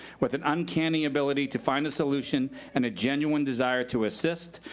with an uncanny ability to find the solution and a genuine desire to assist,